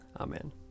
Amen